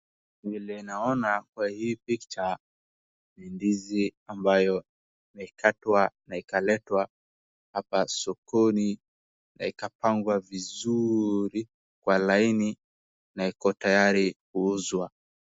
Vile naona kwa hii picture ni ndizi ambayo imekatwa na ikaletwa hapa sokoni na ikapangwa vizuri kwa laini na iko tayari kuuzwa.